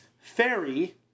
fairy